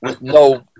no